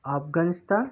Afghanistan